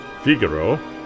Figaro